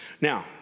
Now